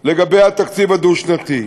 לגבי התקציב הדו-שנתי.